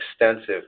extensive